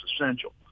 essential